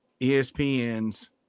ESPN's